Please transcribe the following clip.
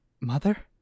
Mother